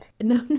no